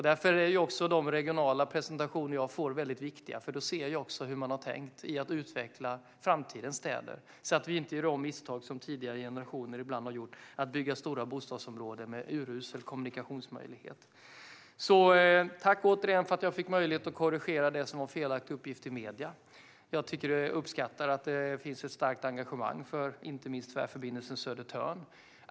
Därför är också de regionala presentationer jag får viktiga, för då ser jag hur man har tänkt när det gäller att utveckla framtidens städer så att vi inte gör om misstag som tidigare generationer ibland har gjort: att bygga stora bostadsområden med urusla kommunikationsmöjligheter. Tack återigen för att jag fick möjlighet att korrigera det som var en felaktig uppgift i medierna! Jag uppskattar att det finns ett starkt engagemang för inte minst Tvärförbindelse Södertörn.